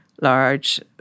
large